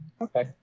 Okay